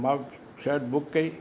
मां shirt book कई